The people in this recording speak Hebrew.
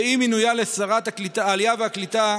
ועם מינויה לשרת העלייה והקליטה